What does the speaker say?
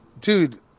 Dude